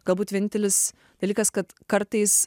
galbūt vienintelis dalykas kad kartais